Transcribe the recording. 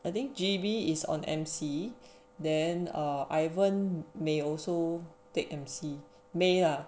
I think G_B is on M_C then err ivan may also take M_C may ah